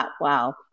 Wow